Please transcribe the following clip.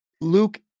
Luke